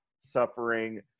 suffering